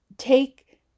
Take